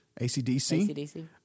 ACDC